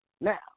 Now